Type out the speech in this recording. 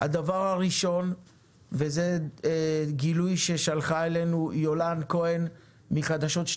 הדבר הראשון זה גילוי ששלחה לנו יולן כהן מחדשות 12